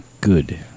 good